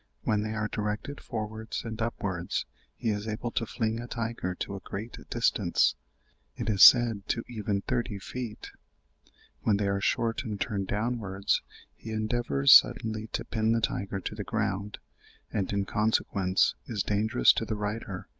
when they are directed forwards and upwards he is able to fling a tiger to a great distance it is said to even thirty feet when they are short and turned downwards he endeavours suddenly to pin the tiger to the ground and, in consequence, is dangerous to the rider,